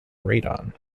radon